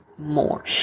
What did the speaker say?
more